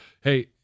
hey